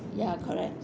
ya correct